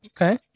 okay